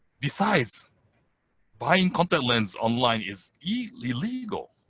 besides buying contact lens online is illegal.